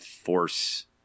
force